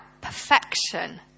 perfection